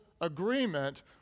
agreement